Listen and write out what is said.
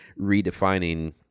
redefining